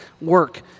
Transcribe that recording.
work